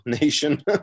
nation